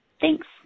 Thanks